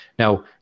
Now